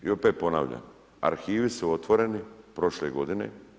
I opet ponavljam, arhivi su otvoreni prošle godine.